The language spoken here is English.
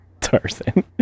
Tarzan